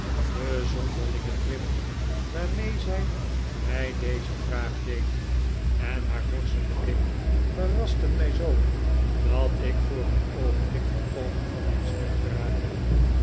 de zonderlinge drift waarmee zij mij deze vraag deed en haar vorschende blik verrasten mij zoo dat ik voor een oogenblik volkomen van mijn stuk raakte